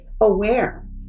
aware